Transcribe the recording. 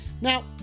Now